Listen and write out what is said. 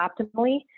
optimally